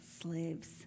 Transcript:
slaves